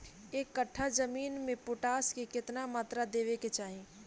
एक कट्ठा जमीन में पोटास के केतना मात्रा देवे के चाही?